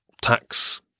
tax